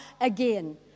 again